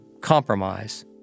compromise